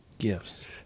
gifts